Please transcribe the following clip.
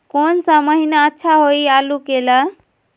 कौन सा महीना अच्छा होइ आलू के ला?